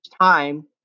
time